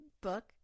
book